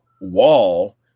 wall